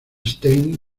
stein